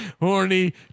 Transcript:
horny